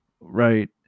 right